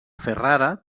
ferrara